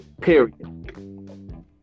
period